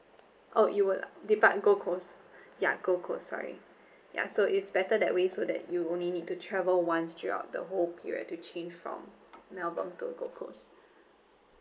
oh you will depart gold coast ya gold coast sorry ya so is better that way so that you only need to travel once throughout the whole period to change from melbourne to gold coast